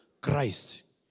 Christ